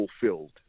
fulfilled